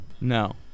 No